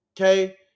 Okay